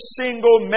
single